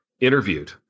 interviewed